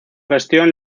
gestión